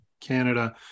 Canada